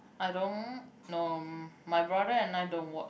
I don't know my brother and I don't watch